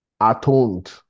atoned